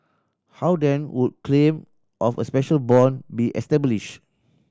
how then would claim of a special bond be established